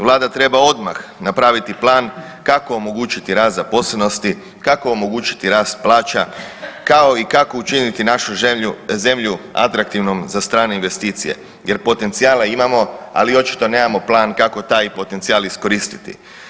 Vlada treba odmah napraviti plan kako omogućiti rast zaposlenosti, kako omogućiti rast plaća, kao i kako učiniti našu zemlju atraktivnom za strane investicije jer potencijale imamo, ali očito nemamo plan kako taj potencijal iskoristiti.